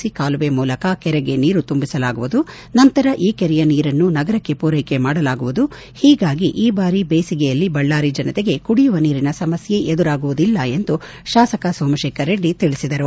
C ಕಾಲುವೆ ಮೂಲಕ ಕೆರೆಗೆ ನೀರು ತುಂಬಿಸಲಾಗುವುದು ನಂತರ ಈ ಕೆರೆಯ ನೀರನ್ನು ನಗರಕ್ಷೆ ಪೂರೈಕೆ ಮಾಡಲಾಗುವುದು ಹೀಗಾಗಿ ಈ ಬಾರಿ ಬೇಸಿಗೆಯಲ್ಲಿ ಬಳ್ಳಾರಿ ಜನತೆಗೆ ಕುಡಿಯುವ ನೀರಿನ ಸಮಸ್ಥೆ ಎದುರಾಗುವುದಿಲ್ಲ ಎಂದು ಶಾಸಕ ಸೋಮಶೇಖರ್ ರೆಡ್ಡಿ ತಿಳಿಸಿದರು